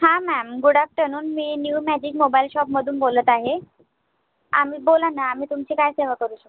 हां ma'am good afternoon मी new magic mobile शॉपमधून बोलत आहे आम्ही बोला ना आम्ही तुमची काय सेवा करू शकतो